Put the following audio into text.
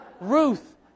Ruth